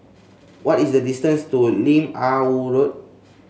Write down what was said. what is the distance to Lim Ah Woo Road